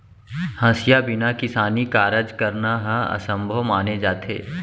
हँसिया बिना किसानी कारज करना ह असभ्यो माने जाथे